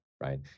right